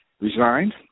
resigned